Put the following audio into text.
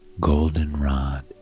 goldenrod